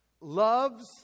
loves